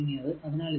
അതിനാൽ ഇത് v 2 0